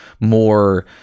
more